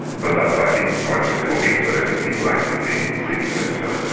but that's, i think, quite subconscious. i don't think people actively think in those terms and